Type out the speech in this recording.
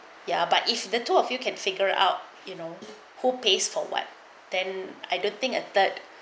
ya but if the two of you can figure out you know who pays for what then I don't think a third